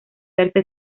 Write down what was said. verse